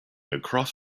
across